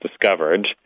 discovered